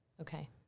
Okay